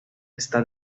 está